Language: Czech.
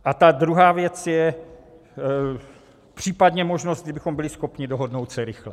A ta druhá věc je případně možnost, kdybychom byli schopni dohodnout se rychle.